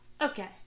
Okay